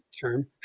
term